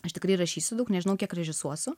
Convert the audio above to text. aš tikrai rašysiu daug nežinau kiek režisuosiu